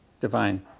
divine